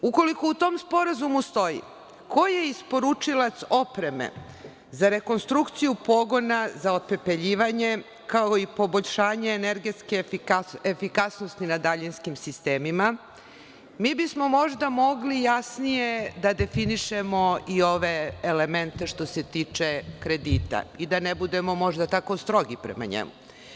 Ukoliko u tom sporazumu stoji ko je isporučilac opreme za rekonstrukciju pogona za otpepeljivanje, kao i poboljšanje energetske efikasnosti na daljinskim sistemima, mi bismo možda mogli jasnije da definišemo i ove elemente što se tiče kredita i da ne budemo možda tako strogi prema njemu.